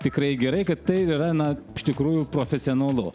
tikrai gerai kad tai yra na iš tikrųjų profesionalu